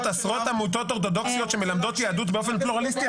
עשרות עמותות אורתודוכסיות שמלמדות יהדות באופן פלורליסטי".